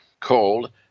called